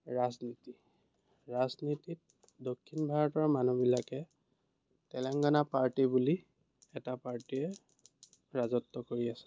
ৰাজনীতি ৰাজনীতিত দক্ষিণ ভাৰতৰ মানুহবিলাকে তেলেংগানা পাৰ্টি বুলি এটা পাৰ্টিয়ে ৰাজত্ব কৰি আছে